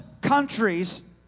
countries